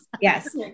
yes